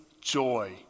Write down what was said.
Joy